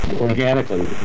organically